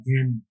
again